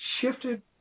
shifted